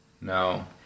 No